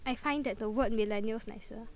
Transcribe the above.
I find that the word millennials nicer